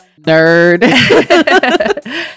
Nerd